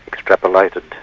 extrapolated,